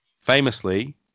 Famously